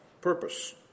purpose